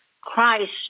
Christ